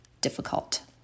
difficult